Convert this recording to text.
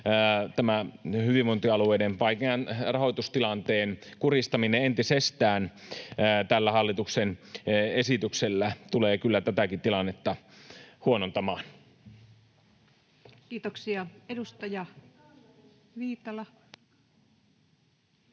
tämä hyvinvointialueiden vaikean rahoitustilanteen kurjistaminen entisestään tällä hallituksen esityksellä tulee kyllä tätäkin tilannetta huonontamaan. [Speech 118] Speaker: